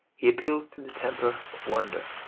he appeals to the temper of wonder,